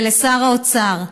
ולשר האוצר,